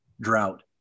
Drought